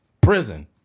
prison